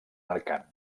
mercant